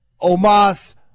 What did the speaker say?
omas